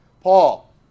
Paul